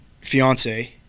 fiance